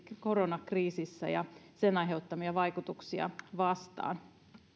koronakriisissä ja sen aiheuttamia vaikutuksia vastaan